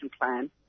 plan